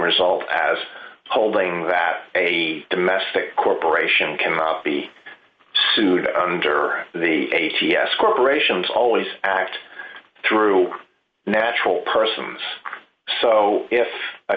result as holding that a domestic corporation can be sued under the eighty s corporations always act through natural persons so if a